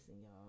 y'all